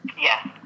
Yes